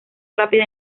rápida